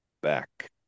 back